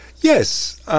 Yes